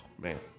man